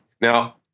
Now